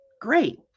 great